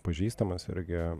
pažįstamas irgi